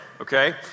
okay